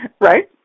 right